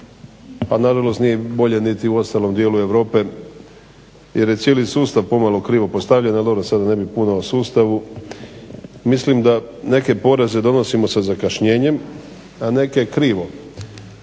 Pa na žalost nije bolje ni u ostalom dijelu Europe jer je cijeli sustav pomalo krivo postavljen. Ali dobro, sada ne bih puno o sustavu. Mislim da neke poreze donosimo sa zakašnjenjem a neke krivo.